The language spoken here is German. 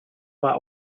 waren